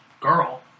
girl